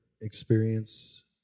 experience